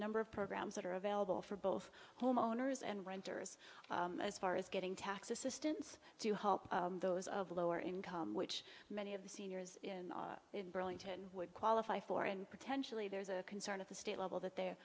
number of programs that are available for both homeowners and renters as far as getting tax assistance to help those of lower income which many of the seniors in burlington would qualify for and potentially there's a concern at the state level that they